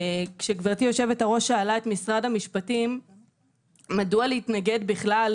כשגברתי יושבת הראש שאלה את משרד המשפטים מדוע להתנגד בכלל